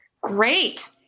Great